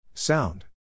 Sound